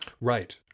Right